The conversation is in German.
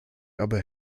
aber